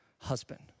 husband